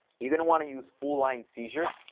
you're going to want to use full line seizure,